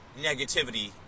negativity